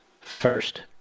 first